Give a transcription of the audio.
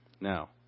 Now